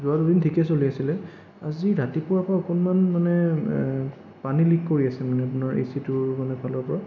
যোৱা দুদিন ঠিকে চলি আছিলে আজি ৰাতিপুৱাৰ পৰা অকণমান মানে এ পানী লিক কৰি আছে মানে আপোনাৰ এচিটোৰ মানে ফালৰ পৰা